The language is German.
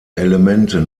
elemente